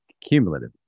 Cumulative